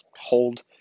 hold